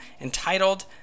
entitled